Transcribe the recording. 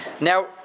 Now